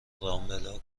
رامبلا